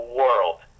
world